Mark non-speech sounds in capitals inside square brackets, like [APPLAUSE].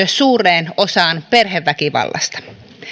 [UNINTELLIGIBLE] suureen osaan perheväkivallasta